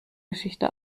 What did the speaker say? geschichte